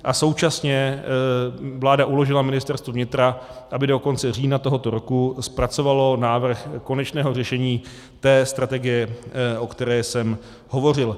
A současně vláda uložila Ministerstvu vnitra, aby do konce října tohoto roku zpracovalo návrh konečného řešení té strategie, o které jsem hovořil.